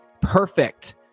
perfect